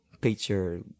picture